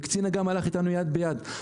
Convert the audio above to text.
וקצין אג"ם הלך איתנו יד ביד.